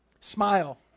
Smile